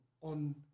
on